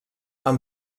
amb